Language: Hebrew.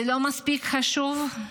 זה לא מספיק חשוב?